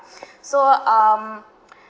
so um